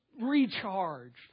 recharged